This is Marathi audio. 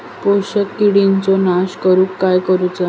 शोषक किडींचो नाश करूक काय करुचा?